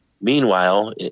meanwhile